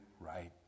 right